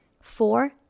Four